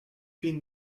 been